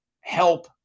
help